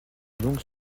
longues